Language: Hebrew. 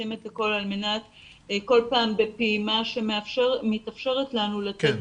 עושים את הכל על מנת כל פעם בפעימה שמתאפשרת לנו לתת